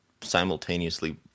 simultaneously